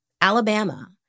Alabama